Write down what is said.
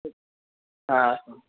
হ্যাঁ আসুন